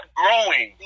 growing